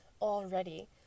already